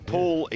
Paul